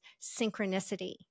synchronicity